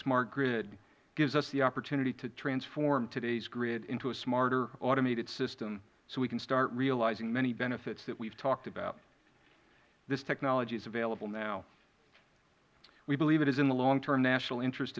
smart grid gives us the opportunity to transform today's grid into a smarter automated system so we can start realizing many benefits that we have talked about this technology is available now we believe it is in the long term national interest